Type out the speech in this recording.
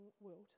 world